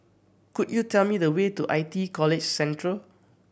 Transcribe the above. could you tell me the way to I T E College Central